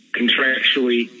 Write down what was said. contractually